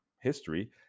history